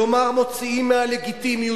כלומר מוציאים מהלגיטימיות,